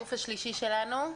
והגוף השלישי שלנו?